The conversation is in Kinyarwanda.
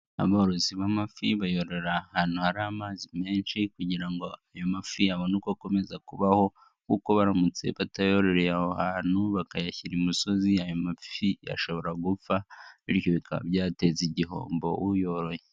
Aborozi b'amafi bayororera ahantu hari amazi menshi kugira ngo ayo mafi abone uko akomeza kubaho kuko baramutse batayororeye aho hantu bakayashyira imusozi, ashobora gupfa bityo bikaba byateza igihombo uyoroye.